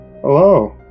Hello